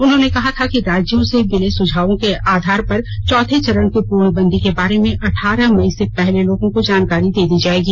उन्होंने कहा था कि राज्यों से मिले सुझावों के आधार पर चौथे चरण की पूर्णे बंदी के बारे में अठारह मई से पहले लोगों को जानकारी दे दी जाएगी